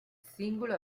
singolo